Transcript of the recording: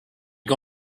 you